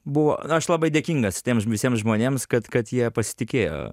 buvo aš labai dėkingas tiems visiems žmonėms kad kad jie pasitikėjo